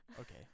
Okay